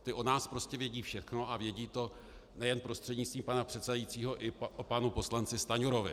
Ti o nás prostě vědí všechno a vědí to nejen prostřednictvím pana předsedajícího i o panu Stanjurovi.